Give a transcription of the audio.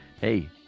hey